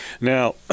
Now